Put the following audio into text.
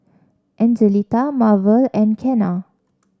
Angelita Marvel and Kenna